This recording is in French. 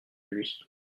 lui